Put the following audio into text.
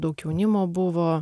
daug jaunimo buvo